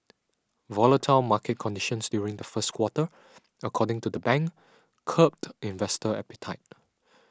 volatile market conditions during the first quarter according to the bank curbed investor appetite